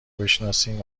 بشناسیم